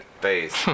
face